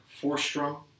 Forstrom